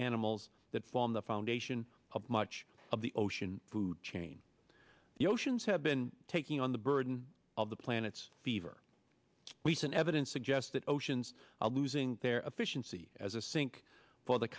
animals that form the foundation of much of the ocean food chain the oceans have been taking on the burden of the planet's fever recent evidence suggests that oceans are losing their efficiency as a sink for the